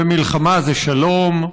ומלחמה זה שלום,